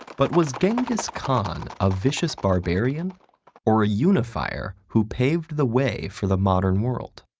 but was genghis khan a vicious barbarian or a unifier who paved the way for the modern world?